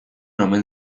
omen